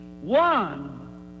one